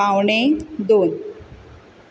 पावणे दोन